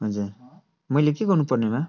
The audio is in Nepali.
हजुर मैले के गर्नु पर्नेमा